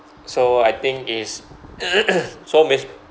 so I think is so mea~